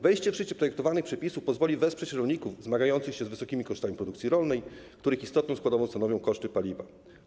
Wejście w życie projektowanych przepisów pozwoli wesprzeć rolników zmagających się z wysokimi kosztami produkcji rolnej, których istotną składową stanowią koszty paliwa.